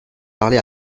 parlé